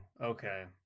okay